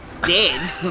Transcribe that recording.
dead